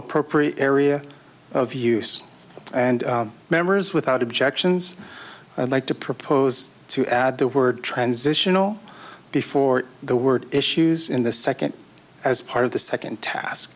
appropriate area of use and members without objections i'd like to propose to add the word transitional before the word issues in the second as part of the second task